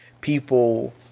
People